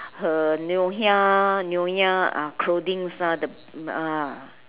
her nyonya nyonya uh clothings ah the mm ah